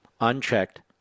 Unchecked